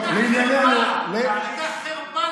אתה חרפה.